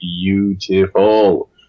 beautiful